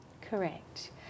Correct